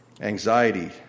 Anxiety